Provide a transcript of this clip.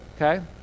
Okay